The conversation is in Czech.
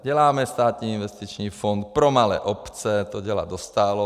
Děláme státní investiční fond pro malé obce, to dělá Dostálová.